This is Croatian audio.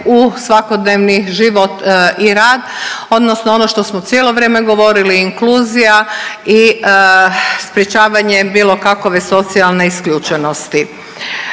u svakodnevni život i rad odnosno ono što smo cijelo vrijeme govorili, inkluzija i sprječavanje bilo kakve socijalne isključenosti.